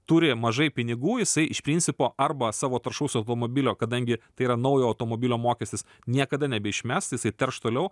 turi mažai pinigų jisai iš principo arba savo taršaus automobilio kadangi tai yra naujo automobilio mokestis niekada nebeišmes jisai terš toliau